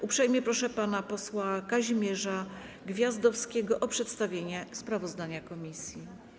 Uprzejmie proszę pana posła Kazimierza Gwiazdowskiego o przedstawienie sprawozdania komisji.